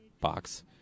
box